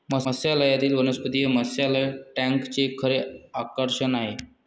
मत्स्यालयातील वनस्पती हे मत्स्यालय टँकचे खरे आकर्षण आहे